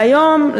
והיום,